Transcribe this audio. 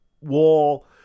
wall